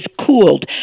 cooled